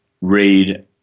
read